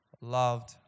loved